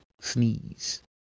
Sneeze